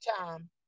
Time